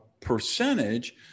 percentage